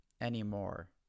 anymore